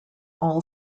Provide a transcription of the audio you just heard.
all